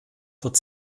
wird